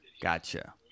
gotcha